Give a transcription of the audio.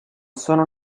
sono